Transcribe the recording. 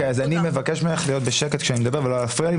מבקש ממך להיות בשקט כשאני מדבר ולא להפריע לי.